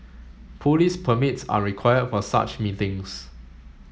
police permits are required for such meetings